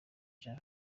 jean